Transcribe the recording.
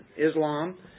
Islam